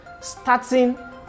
Starting